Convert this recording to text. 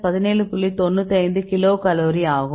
95 kilocalorie ஆகும்